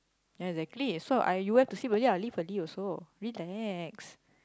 exactly so I you went to sleep already lah I leave early also relax